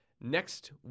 next